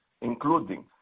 including